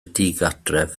digartref